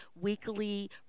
weekly